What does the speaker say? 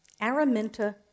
Araminta